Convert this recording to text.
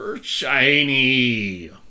Shiny